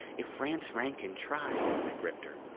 if rance rankin tried i gripped her.